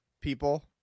people